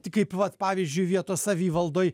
tik kaip vat pavyzdžiui vietos savivaldoj